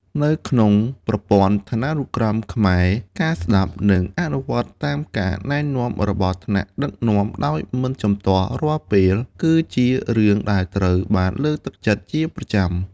នៅក្នុងប្រព័ន្ធឋានានុក្រមខ្មែរ ការស្តាប់ និងអនុវត្តតាមការណែនាំរបស់ថ្នាក់ដឹកនាំដោយមិនជំទាស់រាល់ពេល គឺជារឿងដែលត្រូវបានលើកទឹកចិត្តជាប្រចាំ។